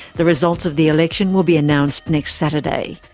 the results of the election will be announced next saturday.